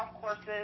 courses